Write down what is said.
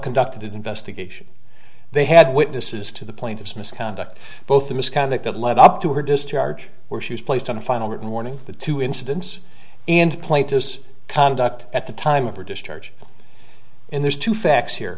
conducted investigation they had witnesses to the plaintiff's misconduct both the misconduct that led up to her discharge where she was placed on a final written warning the two incidence and plato's conduct at the time of her discharge in those two facts here